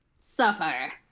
Suffer